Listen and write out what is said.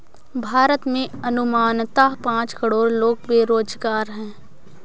भारत में अनुमानतः पांच करोड़ लोग बेरोज़गार है